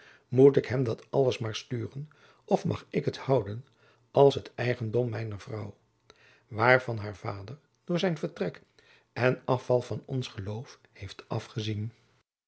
moet ik hem dat alles maar sturen of mag ik het houden als het eigendom mijner vrouw waarvan haar vader door zijn vertrek en afval van ons geloof heeft afgezien